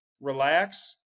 relax